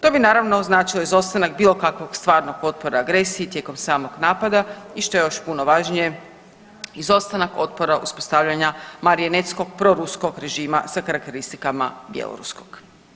To bi naravno značio izostanak bilo kakvog stvarnog otpora agresiji tijekom samog napada i što je još puno važnije izostanak otpora uspostavljanja marionetskog proruskog režima sa karakteristikama Bjeloruskog.